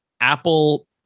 Apple